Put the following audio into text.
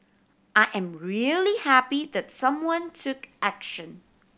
I am really happy that someone took action